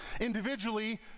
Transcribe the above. individually